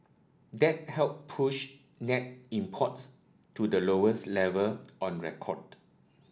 that helped push net imports to the lowest level on record